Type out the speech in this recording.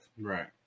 right